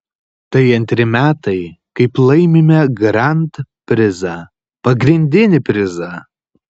tai antri metai kaip laimime grand prizą pagrindinį prizą